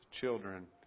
children